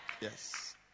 Yes